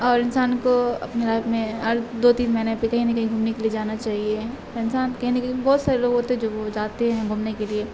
اور انسان کو اپنے لائف میں اور دو تین مہینے پہ کہیں نہ کہیں گھومنے کے لیے جانا چاہیے انسان کہیں نہ کہیں بہت سارے لوگ ہوتے ہیں جو وہ جاتے ہیں گھومنے کے لیے